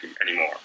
anymore